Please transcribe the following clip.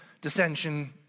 dissension